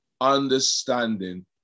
understanding